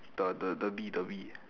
the the the bee the bee